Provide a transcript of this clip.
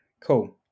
Cool